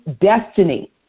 destiny